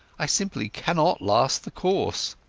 i simply cannot last the course.